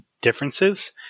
differences